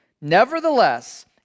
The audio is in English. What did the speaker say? Nevertheless